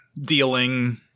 dealing